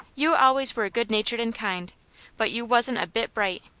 you always were good-natured and kind but you wasn't a bit bright,